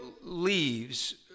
leaves